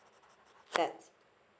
that's